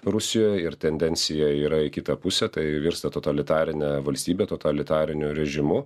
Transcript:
rusijoje ir tendencija yra į kitą pusę tai virsta totalitarine valstybe totalitariniu režimu